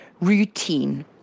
routine